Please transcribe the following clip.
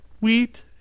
wheat